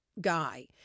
guy